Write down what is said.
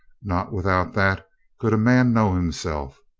not without that could a man know himself.